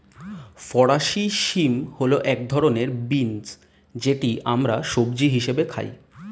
ফরাসি শিম হল এক ধরনের বিন্স যেটি আমরা সবজি হিসেবে খাই